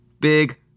big